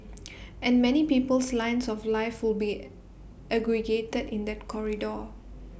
and many people's lines of life will be aggregated in that corridor